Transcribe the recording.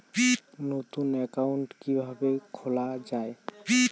নতুন একাউন্ট কিভাবে খোলা য়ায়?